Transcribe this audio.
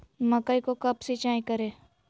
मकई को कब सिंचाई करे?